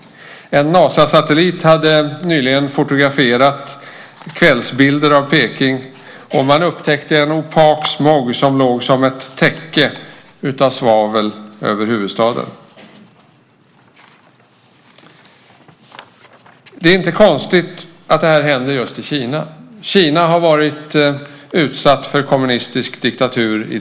En Nasasatellit fotograferade nyligen kvällsbilder av Beijing och upptäckte då en opak smog som låg som ett svaveltäcke över huvudstaden. Det är inte konstigt att sådant händer i just Kina. Kina har i decennier varit utsatt för kommunistisk diktatur.